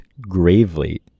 gravely